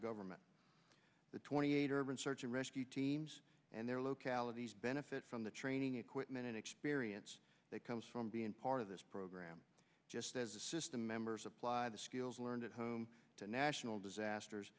government the twenty eight urban search and rescue teams and their localities benefit from the training equipment and experience that comes from being part of this program just as the system members apply the skills learned at home to national disasters